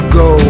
go